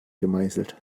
gemeißelt